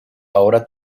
ahora